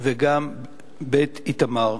ושל בית איתמר.